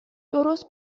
درست